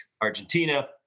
Argentina